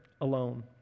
alone